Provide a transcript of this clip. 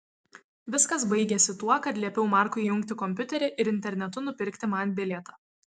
viskas baigėsi tuo kad liepiau markui įjungti kompiuterį ir internetu nupirkti man bilietą